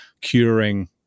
curing